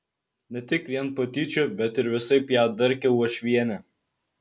ne tik vien patyčių bet ir visaip ją darkė uošvienė